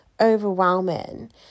overwhelming